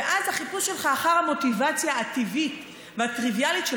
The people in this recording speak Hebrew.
ואז החיפוש שלך אחר המוטיבציה הטבעית והטריוויאלית של